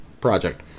project